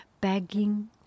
begging